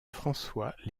françois